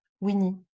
Winnie